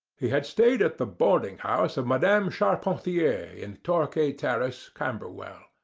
he had stayed at the boarding-house of madame charpentier, in torquay terrace, camberwell.